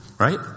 Right